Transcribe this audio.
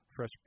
Fresh